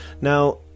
Now